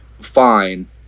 fine